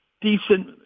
decent